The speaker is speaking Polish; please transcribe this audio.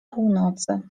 północy